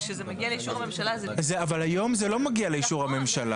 כשזה מגיע לאישור הממשלה --- אבל היום זה לא מגיע לאישור הממשלה.